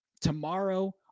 tomorrow